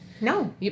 No